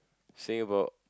say about